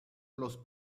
los